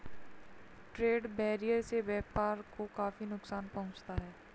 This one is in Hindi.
ट्रेड बैरियर से व्यापार को काफी नुकसान पहुंचता है